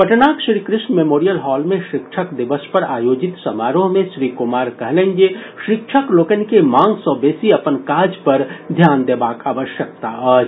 पटनाक Shrikrishna memorial hall मे शिक्षक दिवस पर आयोजित समारोह मे श्री कुमार कहलनि जे शिक्षक लोकनि के मांग सॅ बेसी अपन काज पर ध्यान देबाक आवश्यकता अछि